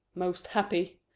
most happy!